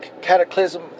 cataclysm